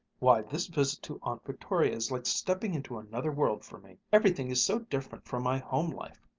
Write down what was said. why, this visit to aunt victoria is like stepping into another world for me. everything is so different from my home-life.